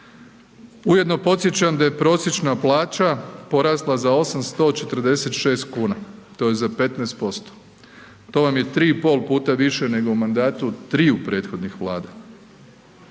Ujedno podsjećam da je prosječna plaća porasla za 846 kuna, to je za 15%, to vam je 3,5 puta više nego u mandatu triju prethodnih vlada.